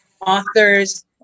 authors